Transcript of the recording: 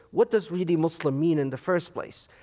what does, really, muslim mean in the first place?